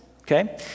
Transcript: okay